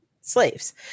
slaves